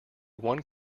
one